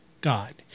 God